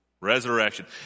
resurrection